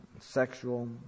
sexual